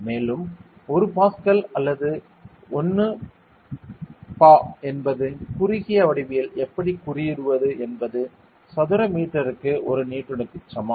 மேலும் 1 பாஸ்கல் அல்லது 1 Pa என்பது குறுகிய வடிவில் எப்படிக் குறிப்பிடுவது என்பது சதுர மீட்டருக்கு 1 நியூட்டனுக்குச் சமம்